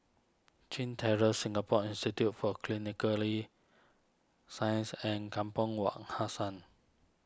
Chin Terrace Singapore Institute for Clinically Sciences and Kampong Wak Hassan